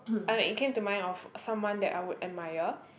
and it came to mind of someone that I would admire